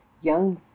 young